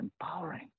empowering